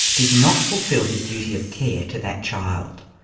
did not fulfil his duty of care to that child.